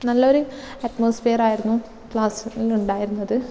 നല്ലൊരു അറ്റ്മോസ്ഫിയറായിരുന്നു ക്ലാസ്സുകളിൽ ഉണ്ടായിരുന്നത്